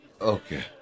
Okay